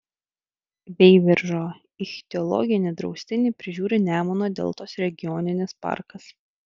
veiviržo ichtiologinį draustinį prižiūri nemuno deltos regioninis parkas